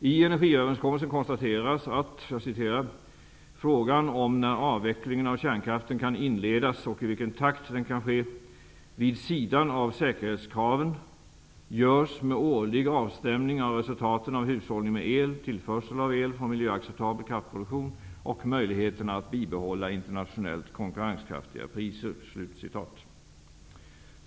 I energiöverenskommelsen konstateras att ''frågan om när avvecklingen av kärnkraften kan inledas och i vilken takt den kan ske, vid sidan av säkerhetskraven görs med årlig avstämning av resultaten av hushållningen med el, tillförsel av el från miljöacceptabel kraftproduktion och möjligheten att bibehålla internationellt konkurrenskraftiga priser''.